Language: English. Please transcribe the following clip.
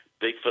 Bigfoot